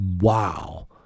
Wow